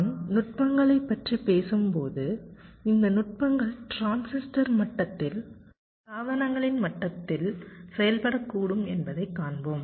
நான் நுட்பங்களைப் பற்றி பேசும்போது இந்த நுட்பங்கள் டிரான்சிஸ்டர் மட்டத்தில் சாதனங்களின் மட்டத்தில் செயல்படக்கூடும் என்பதைக் காண்போம்